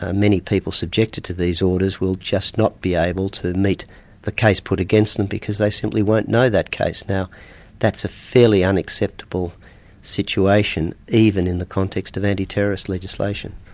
ah many people subjected to these orders will just not be able to meet the case put against them, because they simply won't know that case. now that's a fairly unacceptable situation even in the context of anti-terrorist legislation.